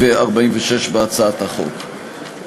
ו-46 בהצעת החוק,